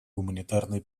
гуманитарной